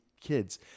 kids